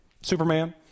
Superman